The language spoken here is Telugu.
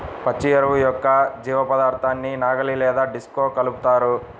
పచ్చి ఎరువు యొక్క జీవపదార్థాన్ని నాగలి లేదా డిస్క్తో కలుపుతారు